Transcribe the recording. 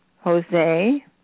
Jose